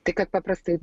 tai kad paprastai